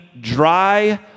dry